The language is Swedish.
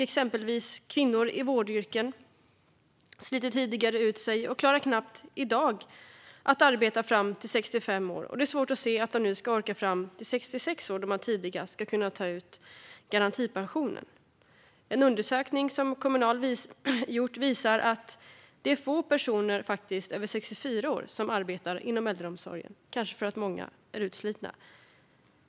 Exempelvis sliter kvinnor i vårdyrken ut sig, och de klarar knappt i dag att arbeta fram till att de är 65 år. Det är svårt att se att de ska orka fram till att de är 66 år, då man tidigast ska kunna ta ut garantipensionen. En undersökning som Kommunal har gjort visar att det är få personer över 64 år som arbetar inom äldreomsorgen, kanske för att många är utslitna.